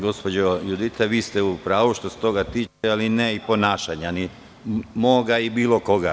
Gospođo Judita, vi ste u pravu što se toga tiče, ali ne i što se tiče mog ponašanja ili bilo koga.